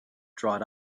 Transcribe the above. dried